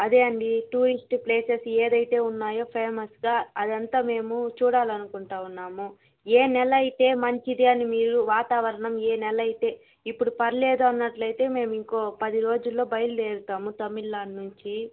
అదే అండి tourist places ఏదైతే ఉన్నాయో ఫేమస్గా అదంతా మేము చూడాలనుకుంటా ఉన్నాము ఏ నెలైతే మంచిది అని మీరు వాతావరణం ఏ నెలైతే ఇప్పుడు పర్లేదన్నట్లైతే మేము ఇంకో పది రోజుల్లో బయలుదేరుతాము తమిళనాడు నుంచి